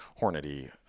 hornady